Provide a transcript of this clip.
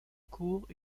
court